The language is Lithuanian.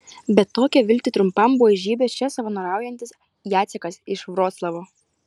bet tokią viltį trumpam buvo įžiebęs čia savanoriaujantis jacekas iš vroclavo